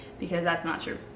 because that's not true.